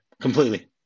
completely